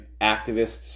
activists